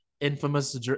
infamous